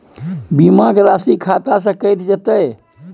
बीमा के राशि खाता से कैट जेतै?